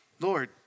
Lord